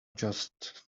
just